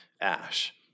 ash